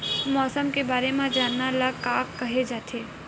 मौसम के बारे म जानना ल का कहे जाथे?